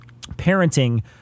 parenting